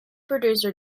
producer